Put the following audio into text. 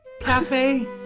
cafe